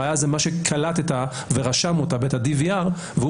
הראיה היא מה שקלטת ורשם אותה ב-DVR והיא